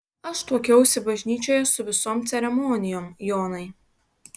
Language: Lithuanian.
aš tuokiausi bažnyčioje su visom ceremonijom jonai